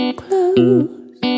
close